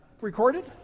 recorded